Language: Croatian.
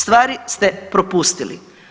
Stvari ste propustili.